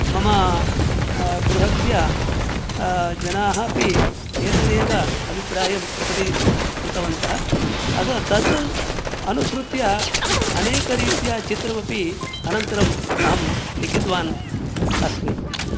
मम गृहस्य जनाः अपि एतदेव अभिप्रायं प्रकटीकृतवन्तः अतः तदनुसृत्य अनेकरीत्या चित्रमपि अनन्तरम् अहं लिखितवान् अस्मि